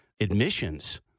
admissions